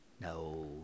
No